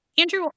Andrew